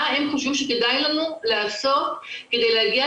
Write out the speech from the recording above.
מה הם חושבים שכדאי לנו לעשות כדי להגיע